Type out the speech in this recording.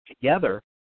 together